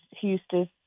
Houston